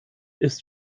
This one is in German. ist